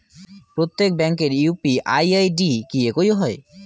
প্রত্যেক ব্যাংকের UPI ID কি একই হয়?